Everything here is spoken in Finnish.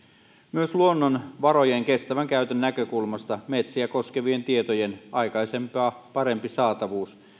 myös luonnonvarojen kestävän käytön näkökulmasta metsiä koskevien tietojen aikaisempaa parempi saatavuus